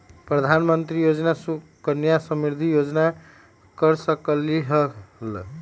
प्रधानमंत्री योजना सुकन्या समृद्धि योजना कर सकलीहल?